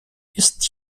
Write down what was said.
ist